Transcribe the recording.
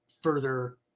further